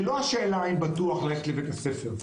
זו לא שאלה האם בטוח ללכת לבית-הספר.